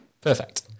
Perfect